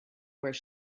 where